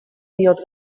diot